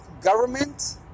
government